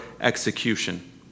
execution